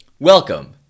Welcome